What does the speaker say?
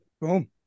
Boom